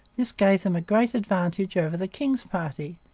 this gave them a great advantage over the king's party,